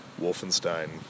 Wolfenstein